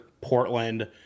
Portland